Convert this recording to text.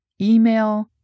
email